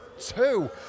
two